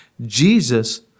Jesus